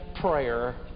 prayer